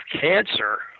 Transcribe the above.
cancer